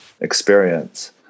experience